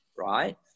right